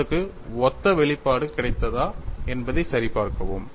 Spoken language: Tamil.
உங்களுக்கு ஒத்த வெளிப்பாடு கிடைத்ததா என்பதை சரிபார்க்கவும்